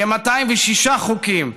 כ-206 חוקים,